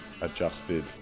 adjusted